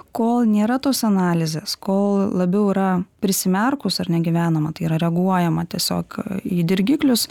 kol nėra tos analizės kol labiau yra prisimerkus ar ne gyvenama tai yra reaguojama tiesiog į dirgiklius